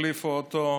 תחליפו אותו.